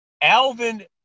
Alvin